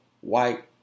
white